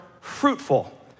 fruitful